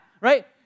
right